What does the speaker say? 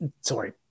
Sorry